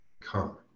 come